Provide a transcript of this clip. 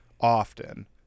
often